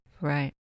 Right